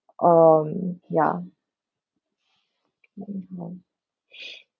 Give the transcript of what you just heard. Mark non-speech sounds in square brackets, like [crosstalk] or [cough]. um yeah [breath]